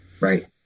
Right